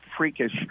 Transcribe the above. freakish